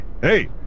Hey